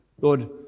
Lord